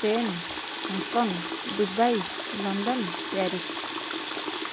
Spain Hong Kong Dubai London Paris